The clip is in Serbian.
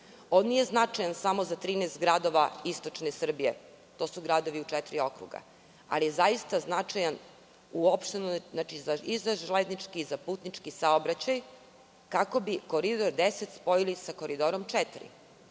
On nije značajan samo za 13 gradova istočne Srbije, to su gradovi u četiri okruga, ali je zaista značajan i za železnički i za putnički saobraćaj, kako bi Koridor 10 spojili sa Koridorom 4.